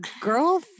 girl